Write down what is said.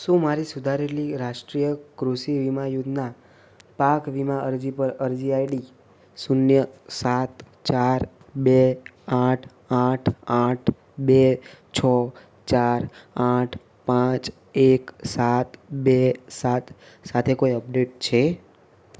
શું મારી સુધારેલી રાષ્ટ્રીય કૃષિ વીમા યોજના પાક વીમા અરજી પર અરજી આઈડી શૂન્ય સાત ચાર બે આઠ આઠ આઠ બે છો ચાર આઠ પાંચ એક સાત બે સાત સાથે કોઈ અપડેટ છે